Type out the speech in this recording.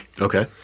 Okay